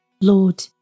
Lord